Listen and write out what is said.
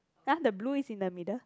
ya the blue is in the middle